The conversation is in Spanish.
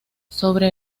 sobre